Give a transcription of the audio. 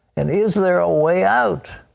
and is there a way out?